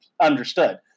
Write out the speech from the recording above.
understood